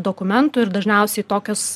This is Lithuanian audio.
dokumentų ir dažniausiai tokios